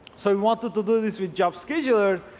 so we want to do this with job schedule er,